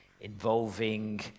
involving